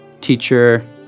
teacher